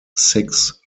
six